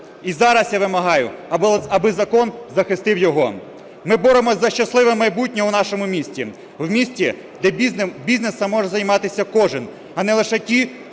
І зараз я вимагаю, аби закон захистив його. Ми боремося за щасливе майбутнє у нашому місті. В місті, де бізнесом може займатися кожен, а не лише ті,